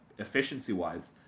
efficiency-wise